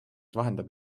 vahendab